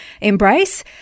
embrace